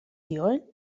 zioen